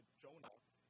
Jonah